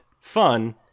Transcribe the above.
fun